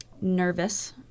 nervous